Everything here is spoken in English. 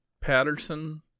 Patterson